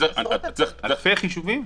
זה אלפי חישובים?